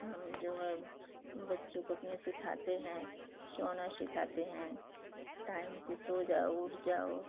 हम जो है बच्चों को अपने सिखाते हैं सोना सिखाते हैं टाइम से सो जाओ उठ जाओ